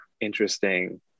interesting